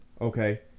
Okay